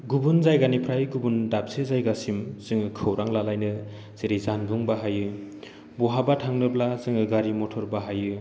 गुबुन जायगानिफ्राय गुबुन दाबसे जायगासिम जोङो खौरां लालायनो जेरै जानबुं बाहायो बहाबा थांनोब्ला जोङो गारि मटर बाहायो